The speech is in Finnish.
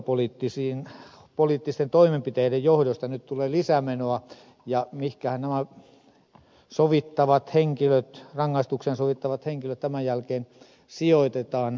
tällaisten henkilöpoliittisten toimenpiteiden johdosta nyt tulee lisämenoa ja mihinkähän nämä rangaistuksen sovittavat henkilöt tämän jälkeen sijoitetaan